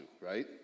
right